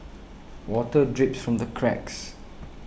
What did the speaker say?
water drips from the cracks